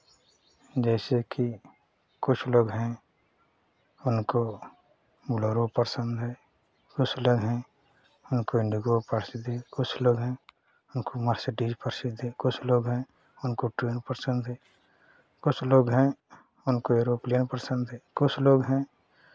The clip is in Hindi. जैसे कि कुछ लोग हैं उनको बोलेरो पसंद है कुछ लोग हैं उनको इंडिगो पसंद है कुछलोग हैं उनको मर्सिडीज प्रसिद्ध है कुछ लोग हैं उनको ट्रेन पसंद है कुछ लोग हैं उनको एरोप्लेन पसंद है कुछ लोग हैं